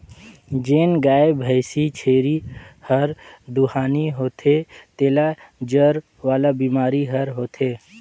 जेन गाय, भइसी, छेरी हर दुहानी होथे तेला जर वाला बेमारी हर होथे